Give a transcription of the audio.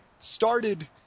started